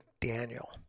Daniel